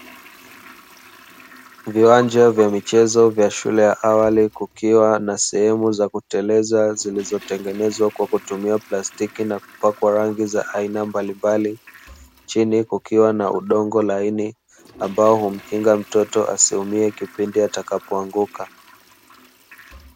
Viwanja vya michezo vya shule ya awali, kukiwa na sehemu za kuteleza zilizotengenezwa kwa kutumia plastiki na kupakwa rangi mbalimbali, chini kukiwa na udongo laini ambao humkinga mtoto asiumie kipindi atakapoanguka.